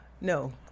No